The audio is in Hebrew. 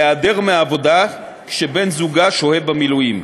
להיעדר מהעבודה כשבן-זוגה שוהה במילואים.